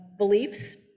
beliefs